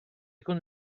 con